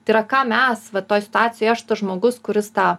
tai yra ką mes va toj situacijoj aš tas žmogus kuris tą